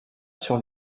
sur